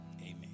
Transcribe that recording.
amen